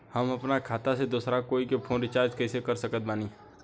हम अपना खाता से दोसरा कोई के फोन रीचार्ज कइसे कर सकत बानी?